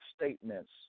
statements